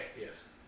yes